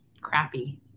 Crappy